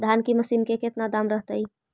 धान की मशीन के कितना दाम रहतय?